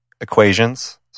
equations